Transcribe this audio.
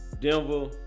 Denver